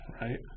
Right